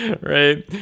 right